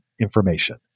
information